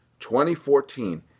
2014